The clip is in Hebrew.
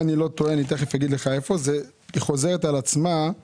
אתה מדבר על שפעת עופות?